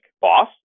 boss